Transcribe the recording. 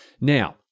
Now